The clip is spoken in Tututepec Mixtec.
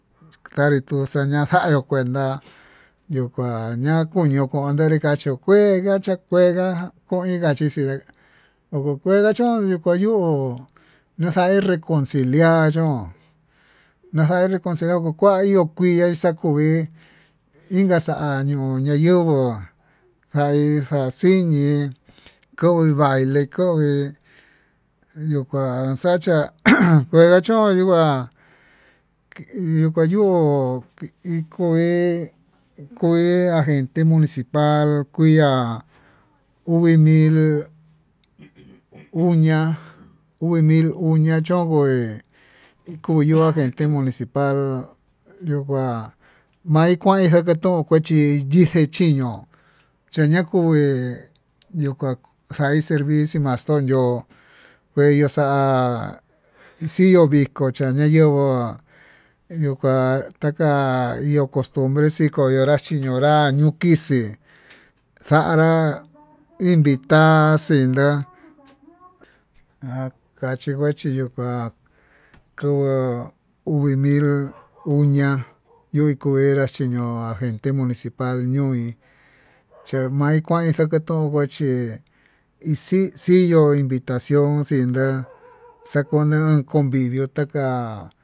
Kanrí xaña'a ndanru kuenta, yuu kuá ña'a kuño kontenré ikachukue nachukuega ko'o inga xhichí yuu kuu kuega chón, ikuayuu naxae reconciala yo'o naxahe reconcial uxua yuu yui'á kui inka xa'a ñuu nayunguo xaí xaxiñii koin baile koin, yuu kuan naxacha kandachoin yuu kua iin kuá yu'u iin kué kuii agente municipal akuiá uu vii mil, uña'a uvimil uñá chón kue koya agente municipal, yuu kuan mai kuenin xakatoxhi yixhi xhiño'o chañakoi yo'o ha kai servir yuu maston yo'ó kueyuu xa'a xiyó viko chañayenguó yuu kua takan yo'o costumbre xii koñora xiñonrá, añukixii xa'a nrá nvita'a xenda ha kachikuechí yuu kuá kuu uvi mil uña ñuu kuenrá chiño'o agente municipal ñoí, xhemai kuai xakatonka chí hi xi xiyo invitaci+on xindá xakunión convivio taka.